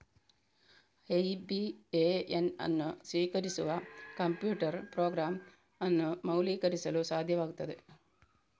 IBAN ಅನ್ನು ಸ್ವೀಕರಿಸುವ computer program ಅನ್ನು ಮೌಲ್ಯೀಕರಿಸಲು ಸಾಧ್ಯವಾಗುತ್ತದೆ